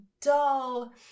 dull